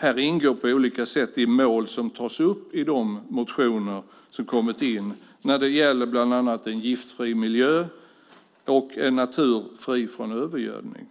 Där ingår på olika sätt de mål som tas upp i de motioner som har kommit in och som gäller bland annat en giftfri miljö och en natur fri från övergödning.